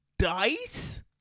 dice